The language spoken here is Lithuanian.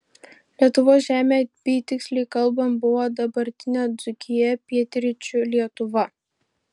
lietuvos žemė apytiksliai kalbant buvo dabartinė dzūkija pietryčių lietuva